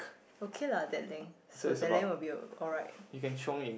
okay lah that length so that length will be alright